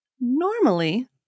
Normally